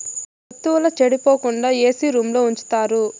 వత్తువుల సెడిపోకుండా ఏసీ రూంలో ఉంచుతారు